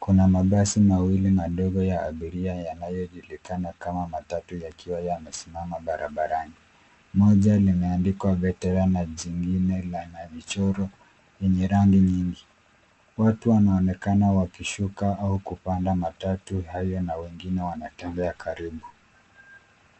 Kuna mabasi mawili madogo ya abiria yanayojulikana kama matatu yakiwa yamesimama barabarani. Moja limeandikwa veteran na jingine ana michoro yenye rangi nyingi. Watu wanaonekana wakishuka au kupanda matatu hayo na wengine wanatembea karibu.